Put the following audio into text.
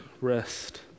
rest